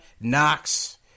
Knox